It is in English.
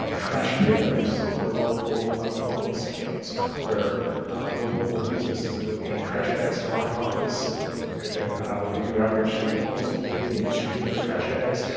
um trash pickups to our local um homeless camps where local businesses donate trash bags to my office and then we do outreach through the homeless community and distribute those trash bags.